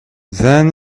then